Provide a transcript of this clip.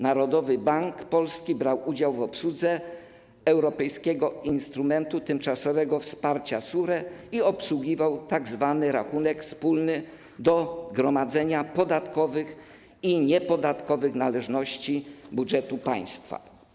Narodowy Bank Polski brał udział w obsłudze europejskiego instrumentu tymczasowego wsparcia SURE i obsługiwał tzw. rachunek wspólny do gromadzenia podatkowych i niepodatkowych należności budżetu państwa.